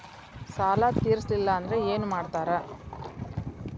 ಸಾಲ ತೇರಿಸಲಿಲ್ಲ ಅಂದ್ರೆ ಏನು ಮಾಡ್ತಾರಾ?